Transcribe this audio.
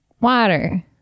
Water